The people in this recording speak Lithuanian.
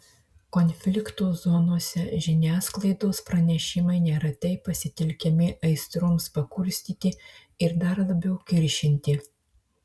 konflikto zonose žiniasklaidos pranešimai neretai pasitelkiami aistroms pakurstyti ir dar labiau kiršinti